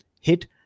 Hit